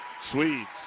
Swedes